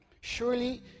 Surely